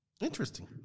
Interesting